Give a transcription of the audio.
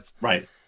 Right